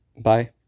Bye